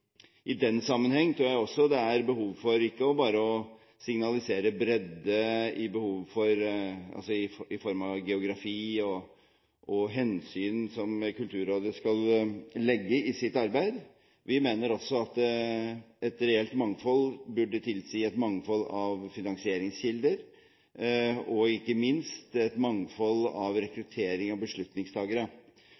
I den sammenheng tror jeg også det er behov for ikke bare å signalisere bredde i form av geografi og hensyn som Kulturrådet skal ta i sitt arbeid. Vi mener også at et reelt mangfold burde tilsi et mangfold av finansieringskilder, og ikke minst et mangfold av